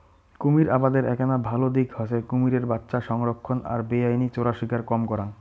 কুমীর আবাদের এ্যাকনা ভাল দিক হসে কুমীরের বাচ্চা সংরক্ষণ আর বেআইনি চোরাশিকার কম করাং